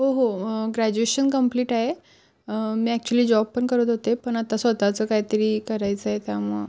हो हो graduation complete आहे मी ॲक्च्युअली जॉब पण करत होते पण आता स्वतःचं कायतरी करायचं आहे त्यामुळं